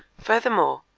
furthermore,